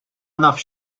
nafx